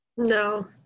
no